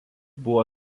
buvo